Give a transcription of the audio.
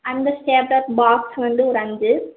அந்த stapler box வந்து ஒரு அஞ்சு